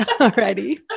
already